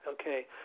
okay